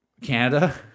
Canada